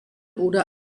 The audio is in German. oder